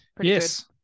Yes